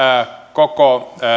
koko